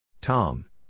Tom